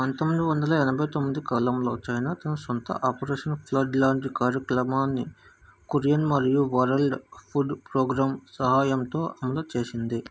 పంతొమ్మిది వందల ఎనభైతొమ్మిది కాలంలో చైనా తన సొంత ఆపరేషన్ ఫ్లడ్ లాంటి కార్యక్లమాన్ని కురియన్ మరియు వరల్డ్ ఫుడ్ ప్రోగ్రామ్ సహాయంతో అమలు చేసింది